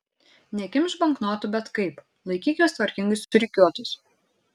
nekimšk banknotų bet kaip laikyk juos tvarkingai surikiuotus